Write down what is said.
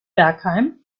bergheim